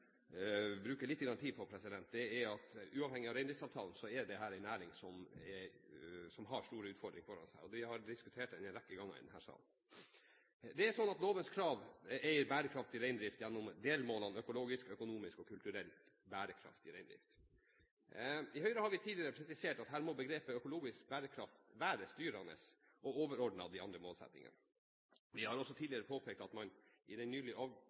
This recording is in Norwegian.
bruke litt tid på, er at uavhengig av reindriftsavtalen er dette en næring som har store utfordringer foran seg. Det har vi diskutert en rekke ganger i denne salen. Det er slik at lovens krav er en bærekraftig reindrift gjennom delmålene økologisk, økonomisk og kulturell bærekraft i reindriften. I Høyre har vi tidligere presisert at her må begrepet «økologisk bærekraft» være styrende og overordnet de andre målsettingene. Vi har også tidligere påpekt at man i den nylig